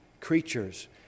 creatures